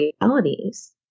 realities